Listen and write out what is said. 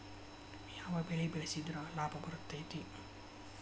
ಯಾವ ಬೆಳಿ ಬೆಳ್ಸಿದ್ರ ಲಾಭ ಬರತೇತಿ?